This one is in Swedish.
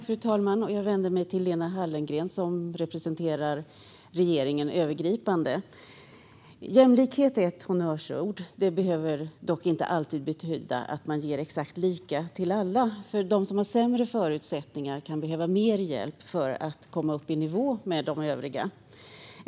Fru talman! Jag vänder mig till Lena Hallengren som representerar övergripande frågor för regeringens del. Jämlikhet är ett honnörsord. Det behöver dock inte alltid betyda att man ger exakt lika till alla. De som har sämre förutsättningar kan behöva mer hjälp för att komma upp i samma nivå som övriga.